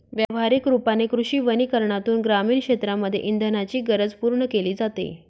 व्यवहारिक रूपाने कृषी वनीकरनातून ग्रामीण क्षेत्रांमध्ये इंधनाची गरज पूर्ण केली जाते